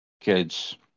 kids